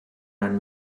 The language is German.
ein